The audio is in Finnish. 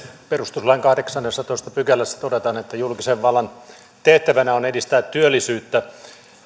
perustuslain kahdeksannessatoista pykälässä todetaan että julkisen vallan tehtävänä on edistää työllisyyttä